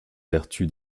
vertu